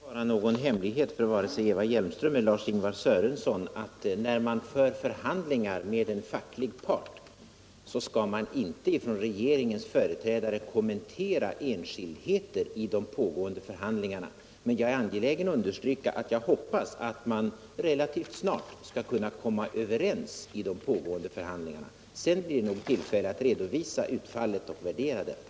Herr talman! Det kan inte vara någon hemlighet för vare sig Eva Hjelmström eller Lars-Ingvar Sörenson att regeringens företrädare — när förhandlingar förs med en facklig part - inte skall kommentera enskildheter i de pågående förhandlingarna. Men jag är angelägen om att understryka att jag hoppas att man relativt snart skall kunna komma överens i de pågående förhandlingarna. Sedan blir det nog tillfälle att redovisa utfallet och värdera detta.